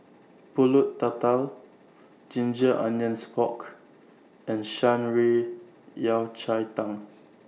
Pulut Tatal Ginger Onions Pork and Shan Rui Yao Cai Tang